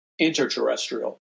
interterrestrial